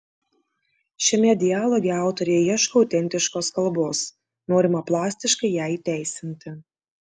šiame dialoge autoriai ieško autentiškos kalbos norima plastiškai ją įteisinti